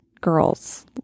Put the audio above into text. girls